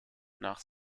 nach